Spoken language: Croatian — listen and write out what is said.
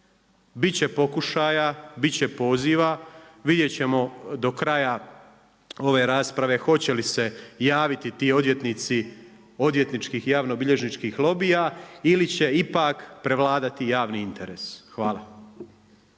će pokušaja, biti će poziva. Vidjeti ćemo do kraja ove rasprave hoće li se javiti ti odvjetnici odvjetničkih i javnobilježničkih lobija ili će ipak prevladati javni interes. Hvala.